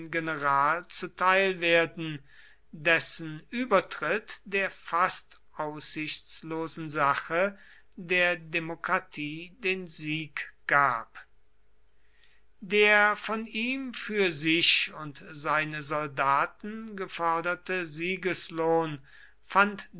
general zuteil werden dessen übertritt der fast aussichtslosen sache der demokratie den sieg gab der von ihm für sich und seine soldaten geforderte siegeslohn fand